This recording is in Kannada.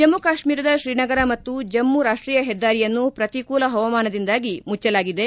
ಜಮ್ಮ ಕಾಶ್ಮೀರದ ಶ್ರೀನಗರ ಮತ್ತು ಜಮ್ಮ ರಾಷ್ಟೀಯ ಹೆದ್ದಾರಿಯನ್ನು ಪ್ರತಿಕೂಲ ಹವಾಮಾನದಿಂದಾಗಿ ಮುಚ್ಚಲಾಗಿದೆ